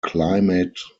climate